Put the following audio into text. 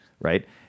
right